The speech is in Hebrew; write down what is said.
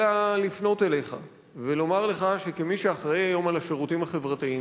אלא לפנות אליך ולומר לך שכמי שאחראי היום על השירותים החברתיים,